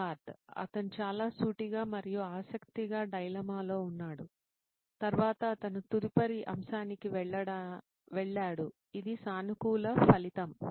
సిద్ధార్థ్ అతను చాలా సూటిగా మరియు ఆసక్తిగా డైలమాలో ఉన్నాడు తర్వాత అతను తదుపరి అంశానికి వెళ్లాడు ఇది సానుకూల ఫలితం